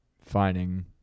finding